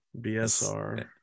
BSR